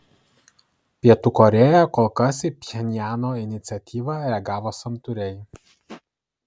pietų korėja kol kas į pchenjano iniciatyvą reagavo santūriai